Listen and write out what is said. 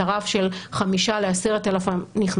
חצו את הרף של חמישה ל-10,000 נכנסים,